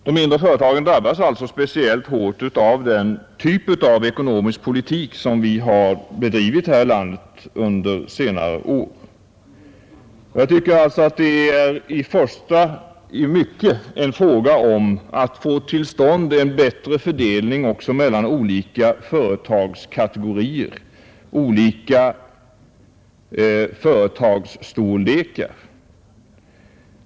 De mindre företagen drabbas alltså speciellt hårt av den typ av ekonomisk politik som vi har bedrivit här i landet under senare år. Jag anser därför att det i mycket är en fråga om att få till stånd en bättre fördelning också mellan olika företagskategorier, olika företagsstorlekar.